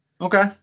Okay